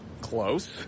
Close